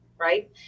right